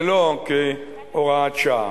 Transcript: ולא כהוראת שעה.